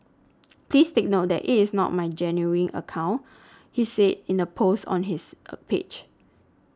please take note that it is not my genuine account he said in a post on his a page